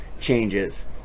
changes